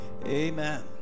Amen